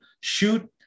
Shoot